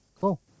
Cool